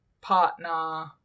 partner